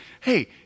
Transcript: hey